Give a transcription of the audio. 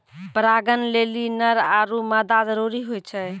परागण लेलि नर आरु मादा जरूरी होय छै